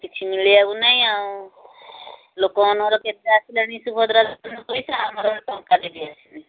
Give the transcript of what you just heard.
କିଛି ମିଳିବାକୁ ନାହିଁ ଆଉ ଲୋକମାନଙ୍କର କେତେ ଆସିଲାଣି ସୁଭଦ୍ରା ଯୋଜନା ପଇସା ଆମର ଟଙ୍କାଟେ ବି ଆସିନି